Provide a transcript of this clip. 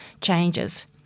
changes